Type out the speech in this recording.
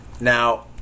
Now